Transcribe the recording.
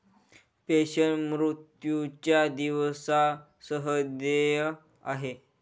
pension, मृत्यूच्या दिवसा सह देय आहे